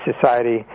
society